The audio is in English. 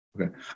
Okay